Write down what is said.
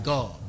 God